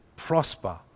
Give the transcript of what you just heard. prosper